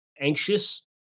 anxious